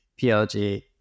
PLG